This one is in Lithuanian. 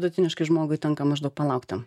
vidutiniškai žmogui tenka maždaug palaukti